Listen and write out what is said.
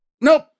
Nope